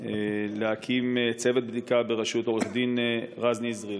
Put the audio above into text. להקים צוות בדיקה בראשות עו"ד רז נזרי?